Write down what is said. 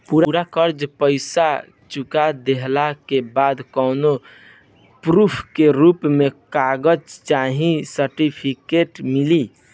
पूरा कर्जा के पईसा चुका देहला के बाद कौनो प्रूफ के रूप में कागज चाहे सर्टिफिकेट मिली?